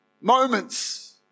Moments